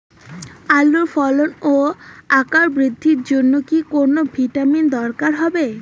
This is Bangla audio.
আলুর ফলন ও আকার বৃদ্ধির জন্য কি কোনো ভিটামিন দরকার হবে?